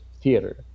theater